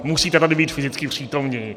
Musíte tady být fyzicky přítomni.